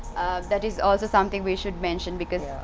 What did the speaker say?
that is also something we should mention because.